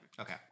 Okay